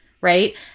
right